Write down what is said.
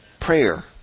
Prayer